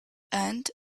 and